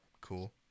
Cool